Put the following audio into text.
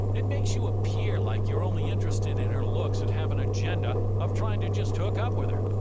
it makes you appear like you're only interested in her looks and have an agenda of trying to just hook up with her.